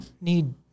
need